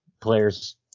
players